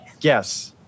Yes